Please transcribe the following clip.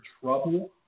trouble